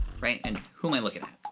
right? and who am i looking at?